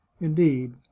indeed